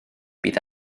bydd